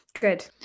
good